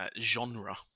genre